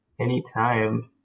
Anytime